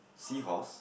seahorse